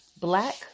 Black